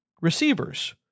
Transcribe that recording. receivers